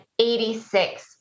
86